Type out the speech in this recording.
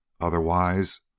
Otherwise